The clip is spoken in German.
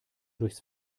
durchs